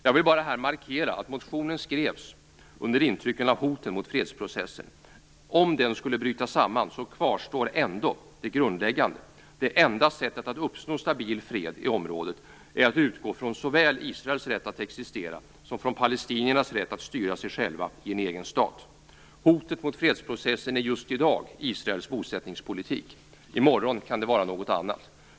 Jag vill bara här markera att motionen skrevs under intrycken av hoten mot fredsprocessen. Om den skulle bryta samman kvarstår ändå det grundläggande, nämligen att det enda sättet att uppnå stabil fred i området är att utgå från såväl Israels rätt att existera som palestiniernas rätt att styra sig själva i en egen stat. Hotet mot fredsprocessen är just i dag Israels bosättningspolitik. I morgon kan det vara något annat.